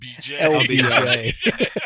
LBJ